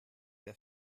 der